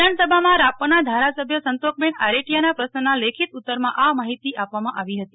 વિધાનસભામાં રાપરના ધારાસભ્ય સંતોકબેન આરેઠિયાના પ્રશ્નનાં લેખિત ઉતરમાં આ માફિતી આપવાના આવી ફતી